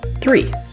Three